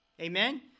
Amen